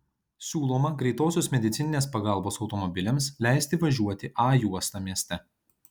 siūloma greitosios medicininės pagalbos automobiliams leisti važiuoti a juosta mieste